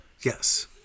Yes